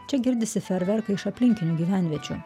čia girdisi ferverkai iš aplinkinių gyvenviečių